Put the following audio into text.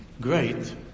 great